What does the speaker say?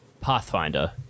Pathfinder